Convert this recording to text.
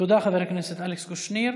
חבר הכנסת אלכס קושניר.